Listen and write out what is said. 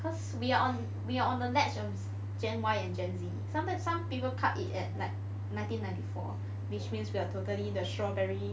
cause we're on we're on the ledge of gen Y and gen Z sometimes some people cut it at like nineteen ninety four which means we are totally the strawberry